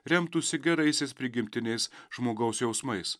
remtųsi geraisiais prigimtinės žmogaus jausmais